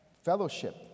Fellowship